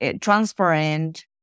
transparent